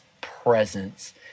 presence